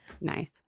nice